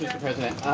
president.